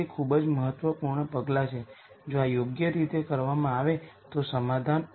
તેથી આ પણ એક મહત્વપૂર્ણ પરિણામ છે જેને આપણે ધ્યાનમાં રાખવું જોઈએ